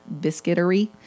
biscuitery